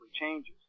changes